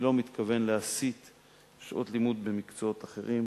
אני לא מתכוון להסיט שעות לימוד ממקצועות אחרים